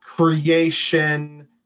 creation